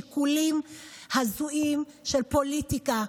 שיקולים הזויים של פוליטיקה.